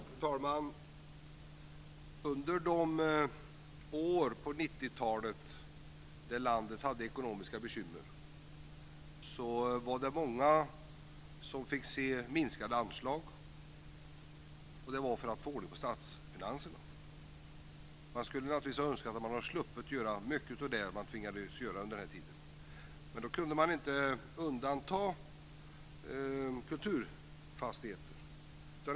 Fru talman! Under de år på 90-talet när landet hade ekonomiska bekymmer var det många som fick minskade anslag. Det var för att få ordning på statsfinanserna. Man skulle naturligtvis ha önskat att man sluppit göra mycket av det man tvingades göra under den tiden. Men då kunde man inte undanta kulturfastigheterna.